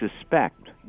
suspect